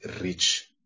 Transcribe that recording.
rich